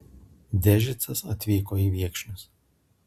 dežicas atvyko į viekšnius